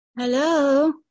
Hello